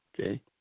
Okay